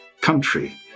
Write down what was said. country